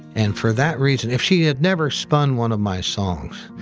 and for that reason, if she had never spun one of my songs,